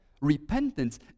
repentance